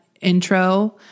intro